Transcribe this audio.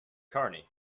carney